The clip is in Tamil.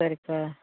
சரிப்பா